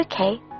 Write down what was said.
okay